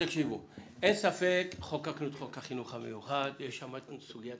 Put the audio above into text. אין ספק שחוקקנו את חוק החינוך המיוחד ושם יש את סוגיית